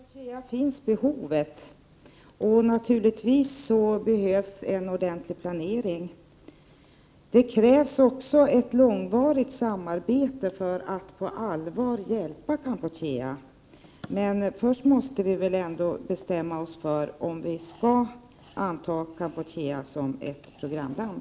Herr talman! I Kampuchea finns behov. Det behövs naturligtvis en ordentlig planering. Det krävs också ett långvarigt samarbete för att man på allvar skall kunna hjälpa Kampuchea. Först måste vi väl ändock bestämma oss för om vi skall anta Kampuchea som ett programland.